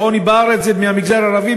שהעוני בארץ הוא במגזר הערבי,